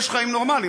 יש חיים נורמליים.